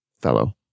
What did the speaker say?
fellow